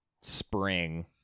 Spring